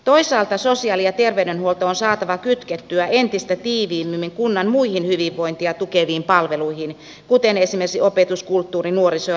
toisaalta sosiaali ja terveydenhuolto on saatava kytkettyä entistä tiiviimmin kunnan muihin hyvinvointia tukeviin palveluihin kuten esimerkiksi opetus kulttuuri nuoriso ja liikuntapalveluihin